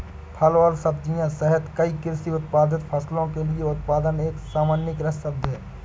फल और सब्जियां सहित कई कृषि उत्पादित फसलों के लिए उत्पादन एक सामान्यीकृत शब्द है